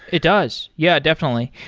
it does. yeah, definitely.